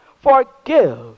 Forgive